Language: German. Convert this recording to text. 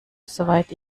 soweit